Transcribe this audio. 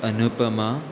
Anupama